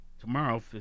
Tomorrow